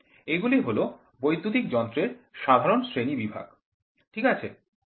এগুলি হল বৈদ্যুতিক যন্ত্রের সাধারণ শ্রেণীবিভাগ ঠিক আছে